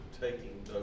taking